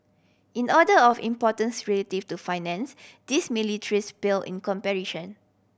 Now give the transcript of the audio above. in order of importance relative to Finance these ministries pale in comparison